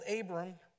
Abram